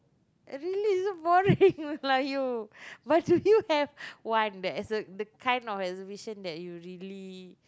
really it's boring lah like you but do you have one that's the the kind of exhibition that you really